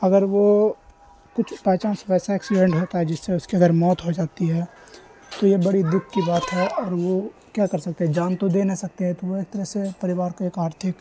اگر وہ کچھ بائی چانس ویسا ایکسیڈینٹ ہوتا ہے جس سے اس کی اگر موت ہو جاتی ہے تو یہ بڑی دکھ کی بات ہے اور وہ کیا کر سکتے جان تو دے نہیں سکتے ہیں تو وہ ایک طرح سے پریوار کو ایک آرتھک